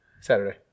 Saturday